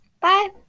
Bye